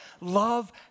Love